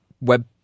web